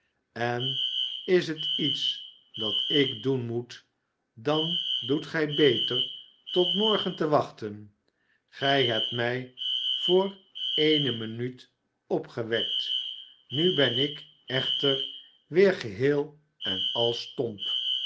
en is het iets dat ik doen moet dan doet gij beter tot morgen te wachten gij hebt mij voor eene minuut opgewekt nu ben ik echter weer geheel en al stomp